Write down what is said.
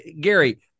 Gary